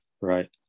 Right